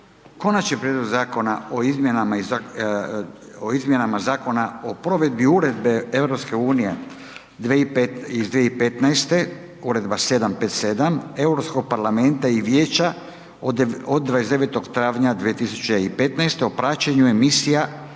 - Prijedlog zakona o izmjenama Zakona o provedbi Uredbe (EU)2015/757 Europskog parlamenta i vijeća od 29. travnja 2015. o praćenju emisija